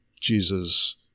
Jesus